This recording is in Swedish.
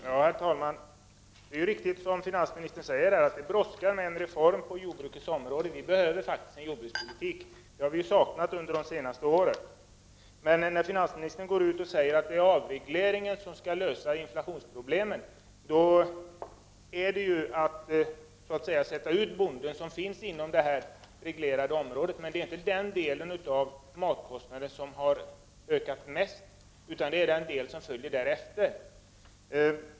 Herr talman! Det är riktigt som finansministern säger att det brådskar med en reform på jordbrukets område. Vi behöver faktiskt en jordbrukspolitik. Det har vi saknat under de senaste åren. Men när finansministern säger att det är avregleringar som skall lösa inflationsproblemen, är det ju så att säga, att sätta ut bonden som finns inom detta reglerade område vid pålen. Men det är inte den delen av matkostnaderna som har ökat mest, utan det är den del som följer därefter.